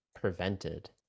prevented